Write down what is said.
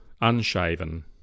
unshaven